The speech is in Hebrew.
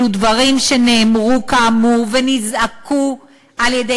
אלו דברים שנאמרו כאמור ונזעקו על-ידי